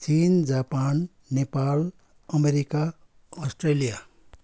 Chin Japan Nepal America Australia